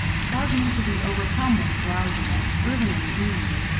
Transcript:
cause me to be overcome with drowsiness, early in the evening,